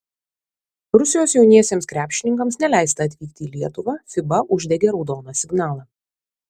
rusijos jauniesiems krepšininkams neleista atvykti į lietuvą fiba uždegė raudoną signalą